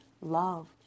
love